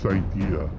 idea